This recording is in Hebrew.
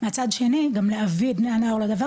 מצד שני גם להביא את בני הנוער לדבר